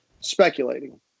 speculating